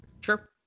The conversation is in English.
sure